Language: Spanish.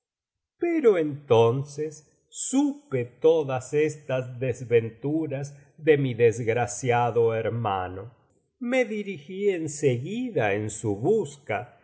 pero entonces supe todas estas desventuras de mi desgraciado hermano me dirigí en seguida en su busca